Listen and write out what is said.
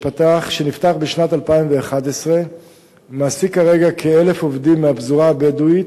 שנפתח בשנת 2011 ומעסיק כרגע כ-1,000 עובדים מהפזורה הבדואית,